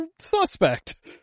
suspect